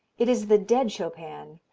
it is the dead chopin,